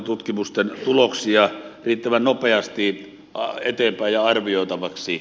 tutkimusten tuloksia riittävän nopeasti eteenpäin ja arvioitavaksi